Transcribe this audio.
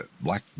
black